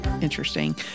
interesting